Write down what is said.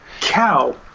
cow